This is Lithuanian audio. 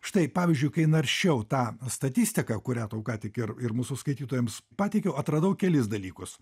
štai pavyzdžiui kai naršiau tą statistiką kurią tau ką tik ir ir mūsų skaitytojams pateikiau atradau kelis dalykus